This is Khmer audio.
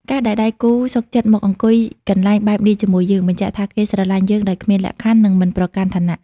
ការដែលដៃគូសុខចិត្តមកអង្គុយកន្លែងបែបនេះជាមួយយើង បញ្ជាក់ថាគេស្រឡាញ់យើងដោយគ្មានលក្ខខណ្ឌ និងមិនប្រកាន់ឋានៈ។